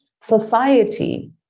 society